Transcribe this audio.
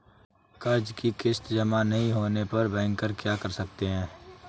कर्ज कि किश्त जमा नहीं होने पर बैंकर क्या कर सकते हैं?